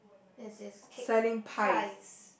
yes yes kick pies